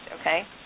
Okay